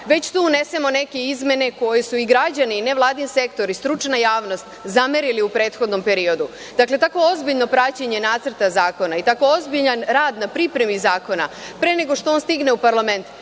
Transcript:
već tu unesemo neke izmene, koje su i građani i nevladin sektor i stručna javnost zamerili u prethodnom periodu. Takvo ozbiljno praćenje nacrta zakona i tako ozbiljan rad na pripremi zakona pre nego što on stigne u parlament